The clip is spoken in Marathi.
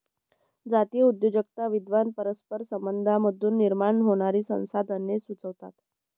जातीय उद्योजकता विद्वान परस्पर संबंधांमधून निर्माण होणारी संसाधने सुचवतात